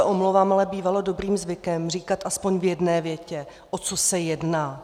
Omlouvám se, ale bývalo dobrým zvykem říkat aspoň v jedné větě, o co se jedná.